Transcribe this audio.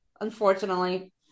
Unfortunately